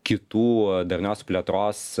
kitų darnios plėtros